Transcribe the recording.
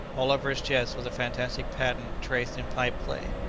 all over his chest was a fantastic pattern traced in pipe-clay,